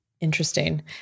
Interesting